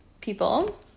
people